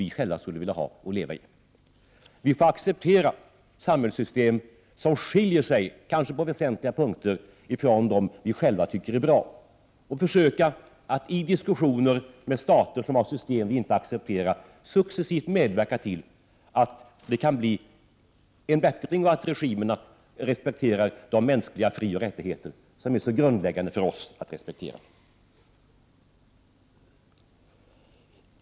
1988/89:99 i. Vi får acceptera samhällssystem som skiljer sig, kanske på väsentliga 19 april 1989 punkter, från dem vi själva tycker är bra och försöka att i diskussioner med stater som har system som vi inte accepterar successivt medverka till att det kan bli en bättring och att regimerna respekterar de mänskliga frioch rättigheter som det är så grundläggande för oss att respektera.